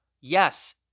Yes